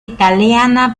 italiana